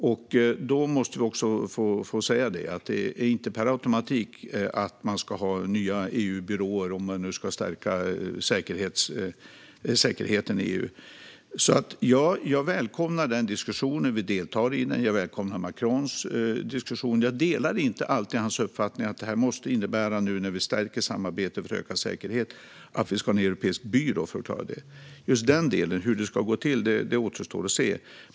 Vi måste också få säga att man inte per automatik måste ha nya EU-byråer om man vill stärka säkerheten i EU. Jag välkomnar alltså denna diskussion, och vi deltar i den. Jag välkomnar Macrons diskussion även om jag inte alltid delar hans uppfattning att det när vi stärker samarbetet för ökad säkerhet måste innebära att vi ska ha en europeisk byrå för att klara det. Just den delen, hur det ska gå till, återstår att se.